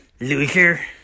Loser